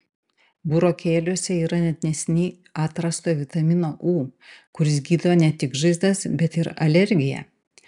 burokėliuose yra net neseniai atrasto vitamino u kuris gydo ne tik žaizdas bet ir alergiją